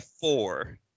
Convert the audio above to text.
four